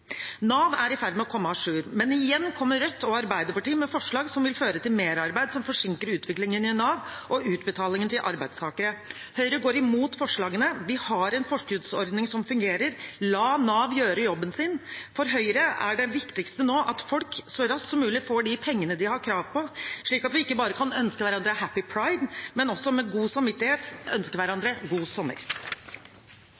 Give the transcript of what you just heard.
Nav er i ferd med å komme à jour, men igjen kommer Rødt og Arbeiderpartiet med forslag som vil føre til merarbeid som forsinker utviklingen i Nav og utbetalingen til arbeidstakere. Høyre går imot forslagene. Vi har en forskuddsordning som fungerer. La Nav gjøre jobben sin. For Høyre er det viktigste nå at folk så raskt som mulig får de pengene de har krav på, slik at vi ikke bare kan ønske hverandre happy pride, men også med god samvittighet